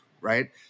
right